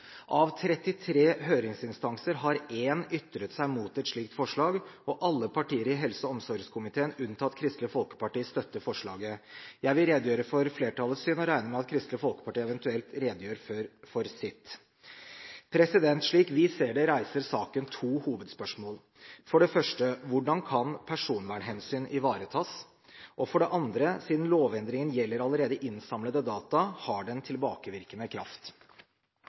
Av 33 høringsinstanser har én ytret seg imot et slikt forslag, og alle partier i helse- og omsorgskomiteen, unntatt Kristelig Folkeparti, støtter forslaget. Jeg vil redegjøre for flertallets syn og regner med at Kristelig Folkeparti eventuelt redegjør for sitt. Slik vi ser det, reiser saken to hovedspørsmål. Det første: Hvordan kan personvernhensyn ivaretas? Det andre: Siden lovendringen gjelder allerede innsamlede data, har den tilbakevirkende kraft?